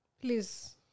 Please